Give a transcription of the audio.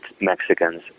Mexicans